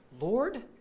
Lord